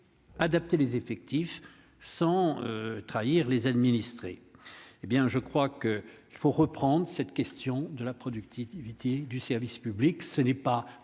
adapter les effectifs sans trahir les administrés, hé bien je crois qu'il faut reprendre cette question de la productivité du service public, ce n'est pas